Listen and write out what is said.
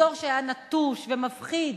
באזור שהיה נטוש ומפחיד.